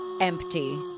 Empty